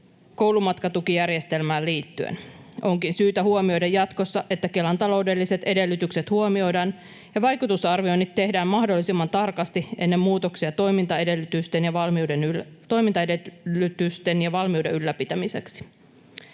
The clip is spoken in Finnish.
koulumatkatukijärjestelmään liittyen. Onkin syytä huomioida jatkossa, että Kelan taloudelliset edellytykset huomioidaan ja vaikutusarvioinnit tehdään mahdollisimman tarkasti ennen muutoksia toimintaedellytysten ja valmiuden ylläpitämiseksi.